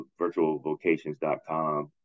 Virtualvocations.com